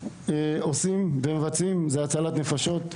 עושים ומבצעים זו הצלת נפשות.